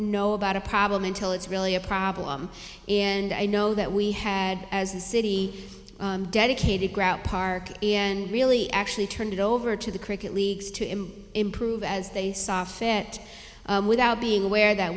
know about a problem until it's really a problem and i know that we had as a city dedicated grout park and really actually turned it over to the cricket leagues to improve as they saw fit without being aware that